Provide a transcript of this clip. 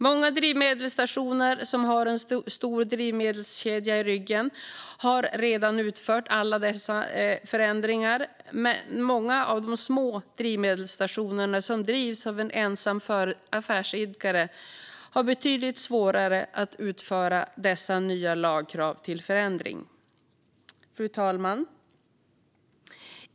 Många drivmedelsstationer som har en stor drivmedelskedja i ryggen har redan utfört alla dessa förändringar, men många av de små drivmedelsstationerna som drivs av en ensam affärsidkare har betydligt svårare att uppfylla de nya lagkraven på förändring. Fru talman!